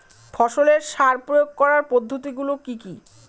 ফসলের সার প্রয়োগ করার পদ্ধতি গুলো কি কি?